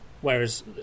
Whereas